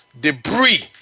debris